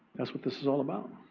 that's what this is all about.